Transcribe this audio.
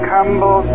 Campbell